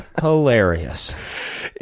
hilarious